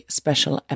special